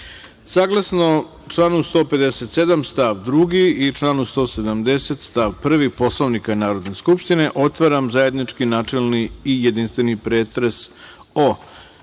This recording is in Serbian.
članu 157. stav 2. i članu 170. stav 1. Poslovnika Narodne skupštine, otvaram zajednički načelni i jedinstveni pretres o:-